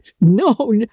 no